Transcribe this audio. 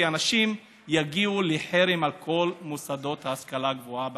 כי אנשים יגיעו לחרם על כל מוסדות ההשכלה הגבוהה במדינה.